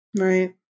Right